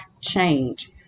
change